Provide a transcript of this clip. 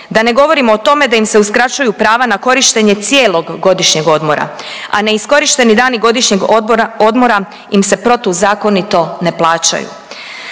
Da ne govorimo o tome da im se uskraćuju prava na korištenje cijelog godišnjeg odmora, a neiskorišteni dani godišnjeg odmora im se protuzakonito ne plaćaju.